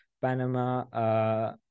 Panama